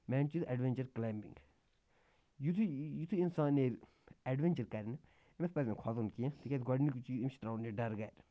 main چیٖز adventure climbing یُتھُے یُتھُے اِنسان نیرِ اٮ۪ڈوٮ۪نچَر کَرنہِ أمِس پَزِ نہٕ کھۄژُن کینٛہہ تِکیٛازِ گۄڈنیُک چیٖز أمِس ترٛاوُن یہِ ڈَر گَرِ